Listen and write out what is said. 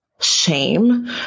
shame